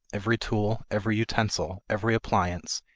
every tool, every utensil, every appliance,